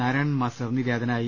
Narayanan master നിര്യാതനായി